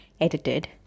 edited